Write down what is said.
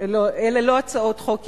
אלה לא הצעות חוק ימניות.